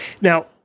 Now